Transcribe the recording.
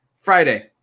Friday